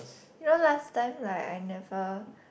you know last time like I never